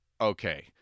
okay